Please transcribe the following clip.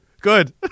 Good